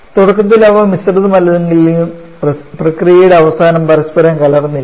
തുടക്കത്തിൽ അവ മിശ്രിതമല്ലെങ്കിലും പ്രക്രിയയുടെ അവസാനം പരസ്പരം കലർന്നിരിക്കുന്നു